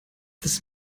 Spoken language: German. das